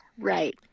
Right